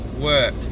work